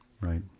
right